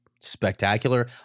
spectacular